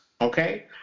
Okay